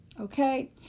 Okay